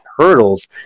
hurdles